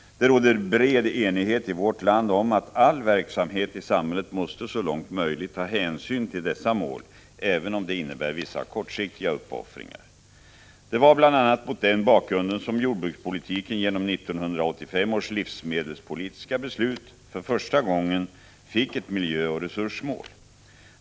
Det råder bred enighet i vårt land om att all verksamhet i samhället måste så långt möjligt ta hänsyn till dessa mål, även om det innebär vissa kortsiktiga uppoffringar. Det var bl.a. mot den bakgrunden som jordbrukspolitiken genom 1985 års livsmedelspolitiska beslut för första gången fick ett miljöoch resursmål.